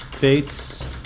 Bates